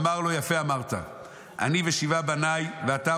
אמר לו יפה אמרת אני ושבעה בניי ואתה